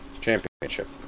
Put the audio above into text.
championship